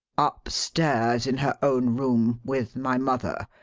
upstairs in her own room with my mother.